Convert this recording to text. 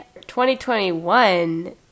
2021